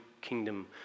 kingdom